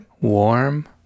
warm